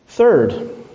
Third